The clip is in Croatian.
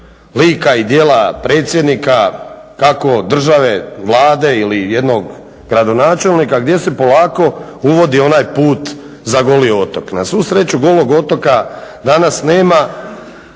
lika i djela predsjednika kako države, Vlade ili jednog gradonačelnika, gdje se polako uvodi onaj put za Goli otok. Na svu sreću Golog otoka danas nema.